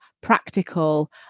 practical